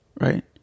right